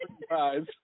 surprise